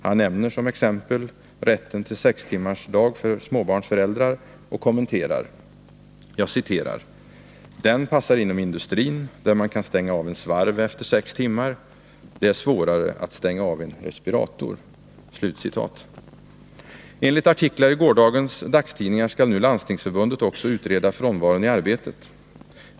Han nämner som exempel rätten till sextimmarsdag för småbarnsföräldrar, och han kommenterar: ”Den passar inom industrin, där man kan stänga av en svarv efter sex timmar. Det är svårare att stänga av en respirator.” Enligt artiklar i gårdagens dagstidningar skall nu Landstingsförbundet också utreda frånvaron i arbetet.